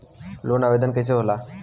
Loan आवेदन कैसे होला?